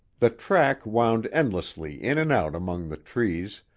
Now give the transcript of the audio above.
the track wound endlessly in and out among the trees,